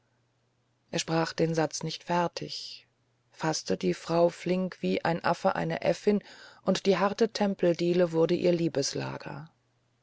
er sprach den satz nicht fertig faßte die frau flink wie ein affe eine äffin und die harte tempeldiele wurde ihr liebeslager